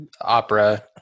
opera